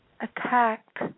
attacked